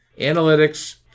analytics